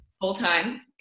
full-time